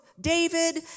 David